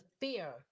fear